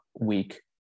week